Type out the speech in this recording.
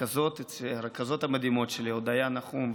הרכזות המדהימות שלי: אודיה נחום,